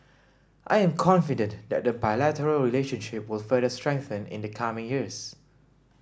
I am confident that the bilateral relationship will further strengthen in the coming years